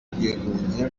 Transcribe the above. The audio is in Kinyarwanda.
bwigunge